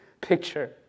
picture